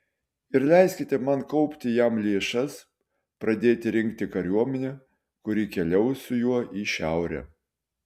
ir leiskite man kaupti jam lėšas pradėti rinkti kariuomenę kuri keliaus su juo į šiaurę